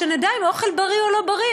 שנדע אם האוכל בריא או לא בריא.